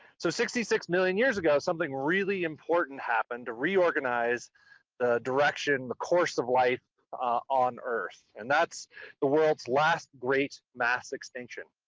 so sixty six million years ago, something really important happened to reorganize the direction, the course of life on earth. and that's the world's last great mass extinction.